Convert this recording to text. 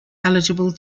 eligible